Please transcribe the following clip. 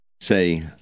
Say